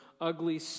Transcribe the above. ugly